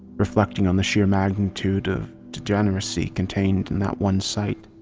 reflecting on the sheer magnitude of degeneracy contained in that one site.